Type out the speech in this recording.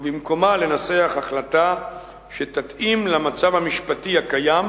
ובמקומה לנסח החלטה שתתאים למצב המשפטי הקיים,